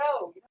no